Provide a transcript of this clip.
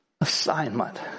assignment